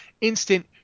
instant